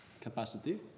capacity